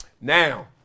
Now